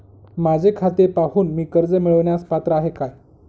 माझे खाते पाहून मी कर्ज मिळवण्यास पात्र आहे काय?